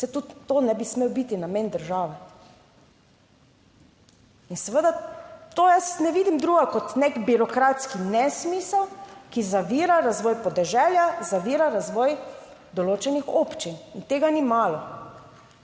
Saj tudi to ne bi smel biti namen države. In seveda to jaz ne vidim drugega kot nek birokratski nesmisel, ki zavira razvoj podeželja, zavira razvoj določenih občin in tega ni malo.